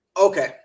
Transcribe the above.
Okay